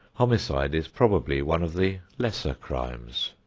homicide is probably one of the lesser crimes.